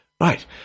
right